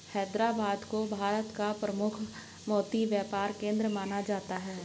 हैदराबाद को भारत का प्रमुख मोती व्यापार केंद्र माना जाता है